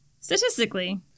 statistically